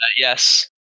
Yes